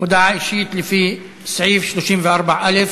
הודעה אישית לפי סעיף 34(א),